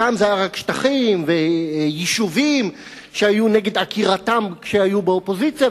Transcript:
פעם זה היה רק שטחים ויישובים שהיו נגד עקירתם כשהיו באופוזיציה,